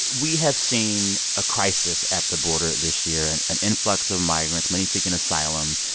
we have seen a crisis at the border this year and an influx of migrants, many seeking asylum,